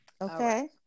Okay